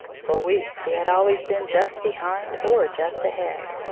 for weeks he had always been just behind or just ahead.